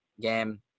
game